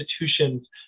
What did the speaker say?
institutions